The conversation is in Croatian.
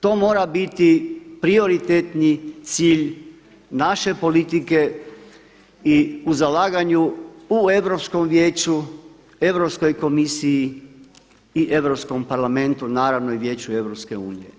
To mora biti prioritetni cilj naše politike i u zalaganju u Europskom vijeću, Europskoj komisiji i Europskom parlamentu naravno i Vijeću EU.